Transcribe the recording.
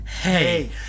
Hey